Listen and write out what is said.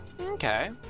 Okay